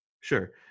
Sure